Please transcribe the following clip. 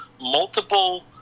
multiple